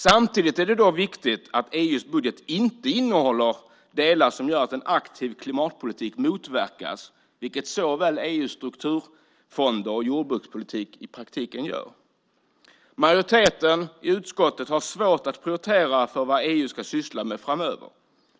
Samtidigt är det viktigt att EU:s budget inte innehåller delar som gör att en aktiv klimatpolitik motverkas, vilket såväl EU:s strukturfonder som jordbrukspolitik i praktiken gör. Majoriteten i utskottet har svårt att prioritera när det gäller vad EU ska syssla med framöver.